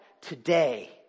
today